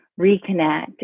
reconnect